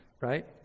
Right